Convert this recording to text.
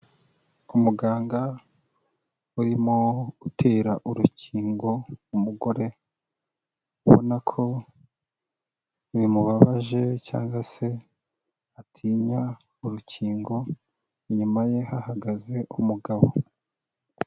Umuganga urimo gutera urukingo umugore, ubona ko bimubabaje cyangwa se atinya urukingo inyuma ye hahagaze umugabo.